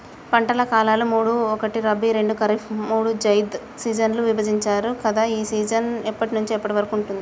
పంటల కాలాలు మూడు ఒకటి రబీ రెండు ఖరీఫ్ మూడు జైద్ సీజన్లుగా విభజించారు కదా ఏ సీజన్ ఎప్పటి నుండి ఎప్పటి వరకు ఉంటుంది?